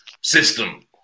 system